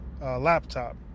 laptop